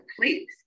please